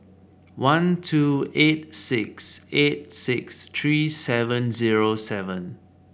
one two eight six eight six three seven zero seven